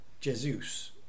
Jesus